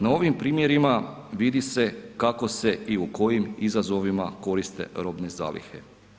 Na ovim primjerima vidi se kako se i u kojim izazovima koriste robne zalihe.